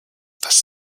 dass